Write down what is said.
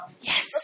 Yes